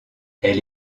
elle